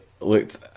Looked